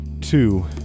two